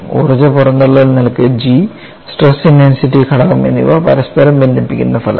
ഊർജ്ജ പുറന്തള്ളൽ നിരക്ക് G സ്ട്രെസ് ഇന്റെൻസിറ്റി ഘടകം എന്നിവ പരസ്പരം ബന്ധിപ്പിക്കുന്ന ഫലം